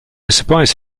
surprise